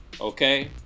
okay